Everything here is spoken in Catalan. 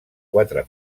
quatre